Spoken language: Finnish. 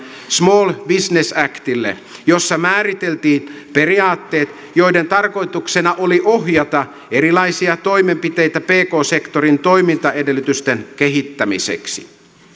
small business actille jossa määriteltiin periaatteet joiden tarkoituksena oli ohjata erilaisia toimenpiteitä pk sektorin toimintaedellytysten kehittämiseksi